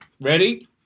Ready